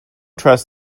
trust